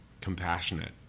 compassionate